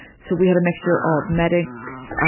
so we had a mixture of medics,